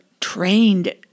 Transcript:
trained